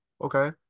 okay